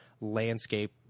landscape